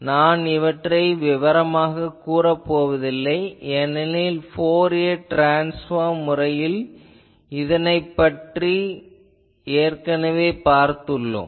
நான் இவற்றை விவரமாகக் கூறப் போவதில்லை ஏனெனில் ஃபோரியர் ட்ரான்ஸ்ஃபார்ம் முறையில் இதனைப் பற்றிப் பார்த்தோம்